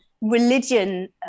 religion